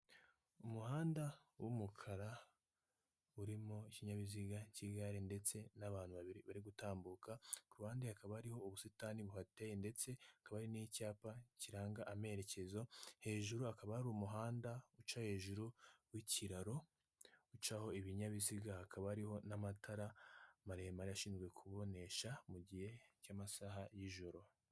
Umuhanda w'umukara urimo ikinyabiziga cy'igare ndetse n'abantu babiri bari gutambuka. Ku ruhande hakaba ariho ubusitani buhateye ndetse hakaba ari n'icyapa kiranga amerekezo, hejuru akaba ari umuhanda uca hejuru w'ikiraro ucaho ibinyabiziga hakaba ariho n'amatara maremare ashinzwe kubonesha mu gihe cy'amasaha y'ijoro.